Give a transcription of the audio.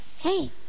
Hey